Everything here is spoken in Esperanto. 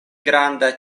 granda